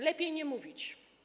Lepiej nie mówić.